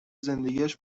زندگیاش